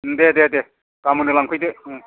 दे दे दे गाबोननो लांफैदो